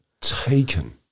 taken